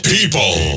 People